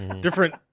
different